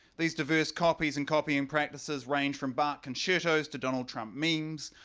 these diverse copies and copying practices range from bark concertos to donald trump memes,